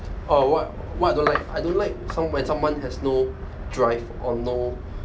orh what what I don't like I don't like som~ when someone has no drive or no